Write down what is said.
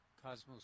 Cosmos